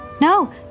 No